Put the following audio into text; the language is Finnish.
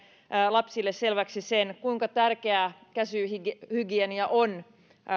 lapsille selväksi kuinka tärkeää käsihygienia on